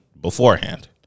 Beforehand